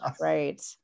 right